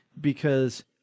Because-